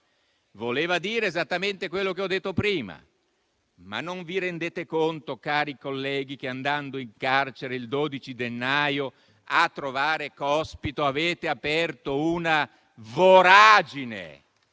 Voleva dire esattamente quello che ho detto prima: ma non vi rendete conto, colleghi, che andando in carcere il 12 gennaio a trovare Cospito avete aperto una voragine?